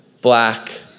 black